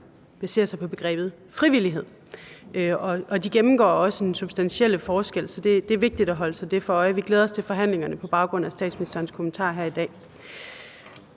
baserer sig på begrebet frivillighed. De gennemgår også den substantielle forskel, så det er vigtigt at holde sig det for øje. Vi glæder os til forhandlingerne på baggrund af statsministerens kommentarer her i dag.